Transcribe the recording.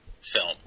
film